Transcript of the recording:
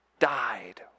died